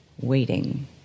waiting